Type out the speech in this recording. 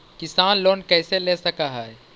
किसान लोन कैसे ले सक है?